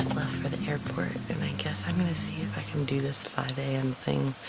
for the airport and i guess i'm gonna see if i can do this five a m. thing,